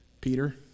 Peter